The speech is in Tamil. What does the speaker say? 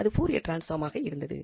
அது பூரியர் டிரான்ஸ்பாமாக இருந்தது